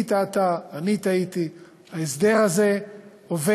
היא טעתה, אני טעיתי, ההסדר הזה עובד